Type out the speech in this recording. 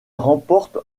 remporte